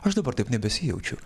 aš dabar taip nebesijaučiu